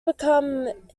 become